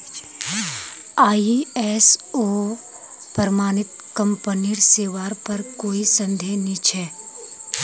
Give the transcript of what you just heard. ISO प्रमाणित कंपनीर सेवार पर कोई संदेह नइ छ